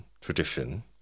tradition